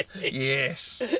Yes